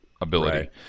ability